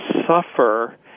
suffer